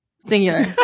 singular